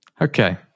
Okay